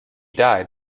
died